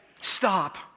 Stop